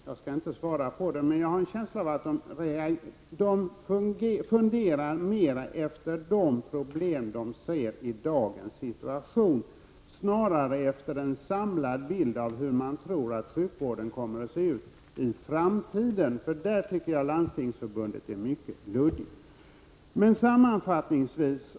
Jag har en känsla av att man funderar mer på grundval av de problem man ser i dagens situation än efter en samlad bild av hur man tror att sjukvården kom mer att se ut i framtiden. Där tycker jag att Landstingsförbundet uttrycker sig mycket luddigt.